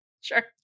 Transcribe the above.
sure